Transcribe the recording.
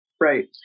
Right